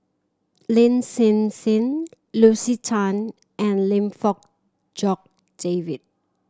Lin Hsin Hsin Lucy Tan and Lim Fong Jock David